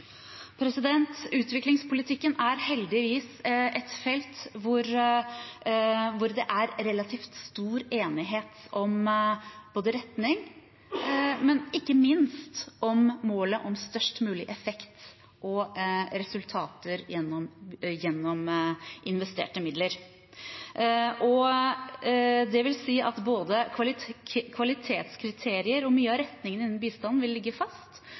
Utviklingspolitikken er heldigvis et felt hvor det er relativt stor enighet om retning og ikke minst om målet om størst mulig effekt og resultater gjennom investerte midler. Det vil si at både kvalitetskriterier og mye av retningen innen bistanden vil ligge fast.